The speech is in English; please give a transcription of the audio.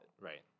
Right